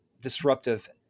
disruptive